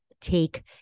take